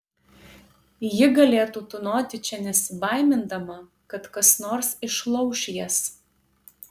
ji galėtų tūnoti čia nesibaimindama kad kas nors išlauš jas